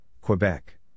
Quebec